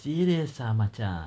serious ah macha